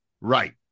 Right